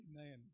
Amen